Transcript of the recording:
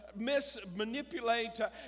mismanipulate